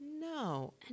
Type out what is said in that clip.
No